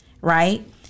Right